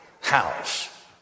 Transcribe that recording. house